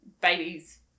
babies